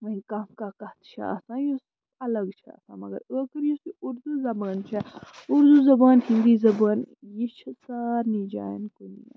وۄنۍ کانٛہہ کانٛہہ کَتھ چھِ آسان یُس الگ چھِ آسان مگر ٲخٕر یُس یہِ اُردو زبان چھےٚ اُردو زبان ہینٛدی زبان یہِ چھِ سارنٕے جایَن کُنی